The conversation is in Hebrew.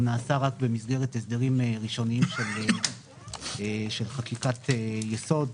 הוא נעשה רק במסגרת הסדרים ראשוניים של חקיקת יסוד,